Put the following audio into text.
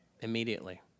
immediately